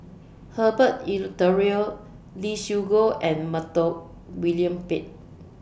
Herbert Eleuterio Lee Siew Choh and Montague William Pett